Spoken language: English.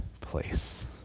place